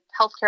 healthcare